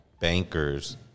bankers